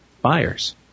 buyers